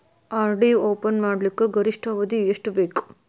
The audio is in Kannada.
ಆರ್.ಡಿ ಒಪನ್ ಮಾಡಲಿಕ್ಕ ಗರಿಷ್ಠ ಅವಧಿ ಎಷ್ಟ ಬೇಕು?